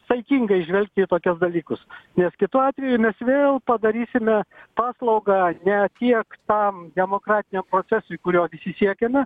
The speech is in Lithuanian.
saikingai žvelgti į tokius dalykus nes kitu atveju mes vėl padarysime paslaugą ne tiek tam demokratiniam procesui kurio visi siekiame